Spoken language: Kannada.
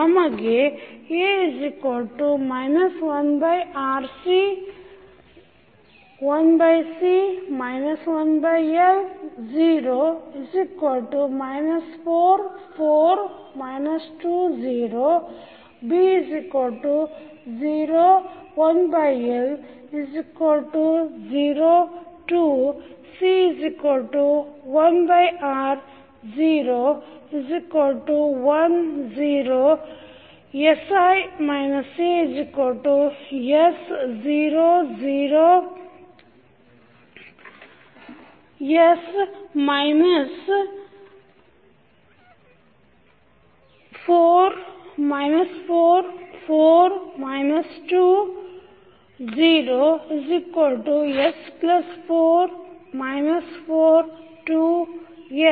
ನಮಗೆ ಹೀಗಾಗಿ ಈಗ ನಿಮಗೆ A B ಮತ್ತು C ಲಭ್ಯವಾಗಿವೆ